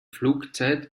flugzeit